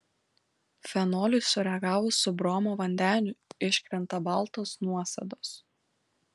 fenoliui sureagavus su bromo vandeniu iškrenta baltos nuosėdos